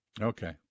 Okay